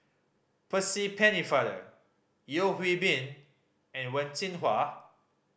Percy Pennefather Yeo Hwee Bin and Wen Jinhua